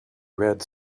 red